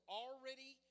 already